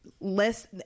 less